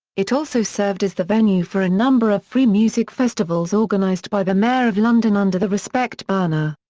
it also served as the venue for a number of free music festivals organised by the mayor of london under the respect banner.